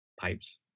pipes